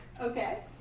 Okay